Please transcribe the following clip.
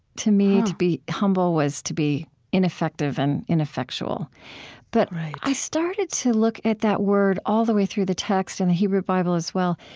to me to be humble was to be ineffective and ineffectual but right but i started to look at that word all the way through the text, and the hebrew bible, as well,